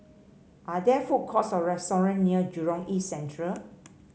are there food courts or restaurant near Jurong East Central